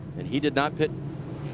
and he did not pit.